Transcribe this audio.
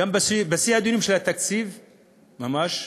בשיא דיוני התקציב ממש,